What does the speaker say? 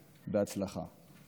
בהצלחה.